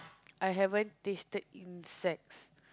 I haven't tasted insects